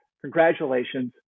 Congratulations